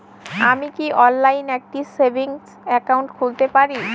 আমি কি অনলাইন একটি সেভিংস একাউন্ট খুলতে পারি?